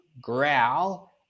growl